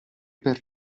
per